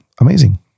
Amazing